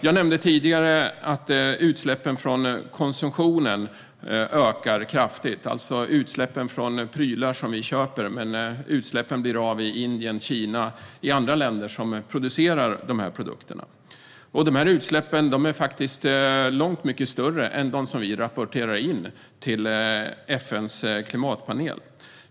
Jag nämnde tidigare att utsläppen från konsumtionen ökar kraftigt. Det är utsläppen från prylar som vi köper där utsläppen blir av i Indien, Kina och andra länder som producerar de produkterna. De här utsläppen är långt mycket större än de som vi rapporterar in till FN:s klimatpanel.